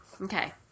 Okay